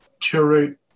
curate